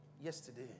yesterday